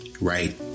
Right